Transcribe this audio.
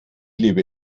lebe